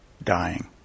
dying